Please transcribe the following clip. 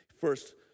First